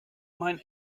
mein